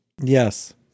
Yes